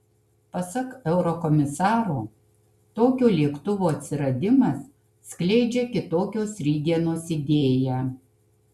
pasak eurokomisaro tokio lėktuvo atsiradimas skleidžia kitokios rytdienos idėją